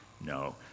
No